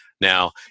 Now